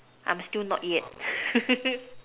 I'm still not yet